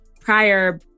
prior